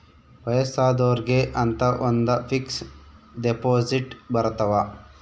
ವಯಸ್ಸಾದೊರ್ಗೆ ಅಂತ ಒಂದ ಫಿಕ್ಸ್ ದೆಪೊಸಿಟ್ ಬರತವ